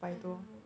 I don't know